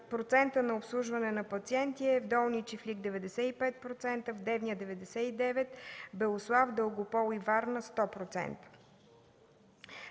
процентът на обслужване на пациенти е: Долни чифлик – 95%, Девня – 99%, Белослав, Дългопол и Варна – 100%.